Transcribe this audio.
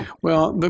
well, but